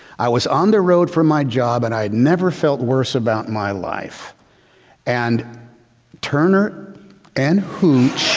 i was on the road for my job and i had never felt worse about my life and turner and hooch.